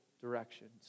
directions